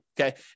Okay